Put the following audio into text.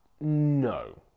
No